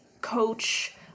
coach